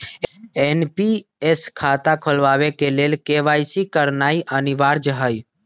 NPS खता खोलबाबे के लेल के.वाई.सी करनाइ अनिवार्ज हइ